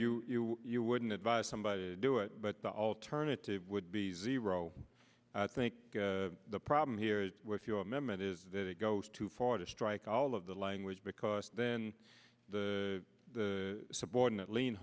saying you you wouldn't advise somebody to do it but the alternative would be zero i think the problem here with your amendment is that it goes too far to strike all of the language because then the subordinate l